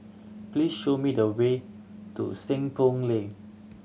please show me the way to Seng Poh Lane